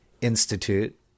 institute